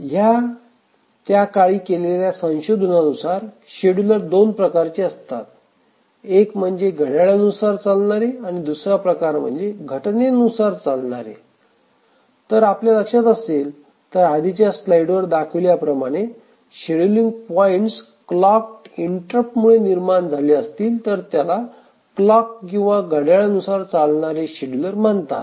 ह्या त्याकाळी केलेल्या संशोधनानुसार शेड्युलर दोन प्रकार असतात एक म्हणजे घड्याळ नुसार चालणारे आणि दुसरा प्रकार म्हणजे घटनेनुसार चालणारे तर आपल्या लक्षात असेल तर आधीच्या स्लाईड वर दाखविल्याप्रमाणे शेड्युलिंग पॉइंट्स क्लॉक इंटरप्ट मुळे निर्माण झाले असतील तर त्याला क्लॉक किंवा घड्याळा नुसार चालणारे शेड्युलर म्हणतात